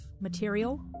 material